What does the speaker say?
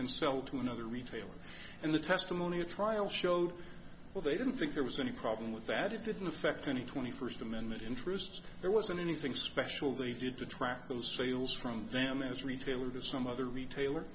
can sell to another retailer and the testimony at trial showed well they didn't think there was any problem with that it didn't affect any twenty first amendment interests there wasn't anything special they did to track those sales from them as retail or to some other retailer